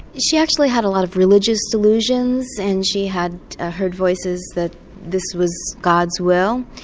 she actually had a lot of religious delusions and she had heard voices that this was god's will.